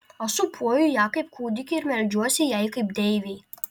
aš sūpuoju ją kaip kūdikį ir meldžiuosi jai kaip deivei